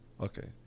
Okay